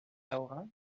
ahora